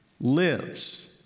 lives